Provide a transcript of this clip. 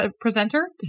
presenter